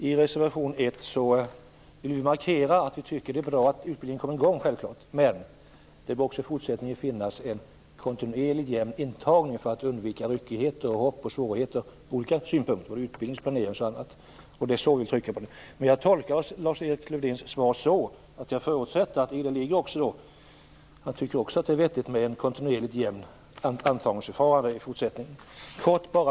I reservation 1 vill vi markera att vi tycker att det är bra att utbildningen kommer i gång. Men det bör också i fortsättningen finnas en kontinuerlig jämn intagning för att undvika ryckigheter och svårigheter när det gäller utbildningen och planeringen osv. Det är detta vi vill trycka på. Men jag tolkar Lars-Erik Lövdéns svar så även han tycker att det är vettigt med ett kontinuerligt jämnt antagningsförfarande i fortsättningen.